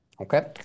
Okay